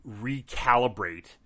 recalibrate